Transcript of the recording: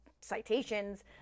citations